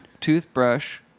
toothbrush